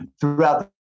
throughout